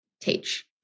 teach